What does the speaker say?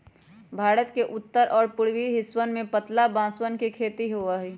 भारत के उत्तर और पूर्वी हिस्सवन में पतला बांसवन के खेती होबा हई